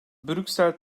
brüksel